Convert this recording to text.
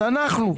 אז אנחנו.